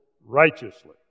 righteously